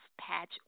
patch